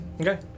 Okay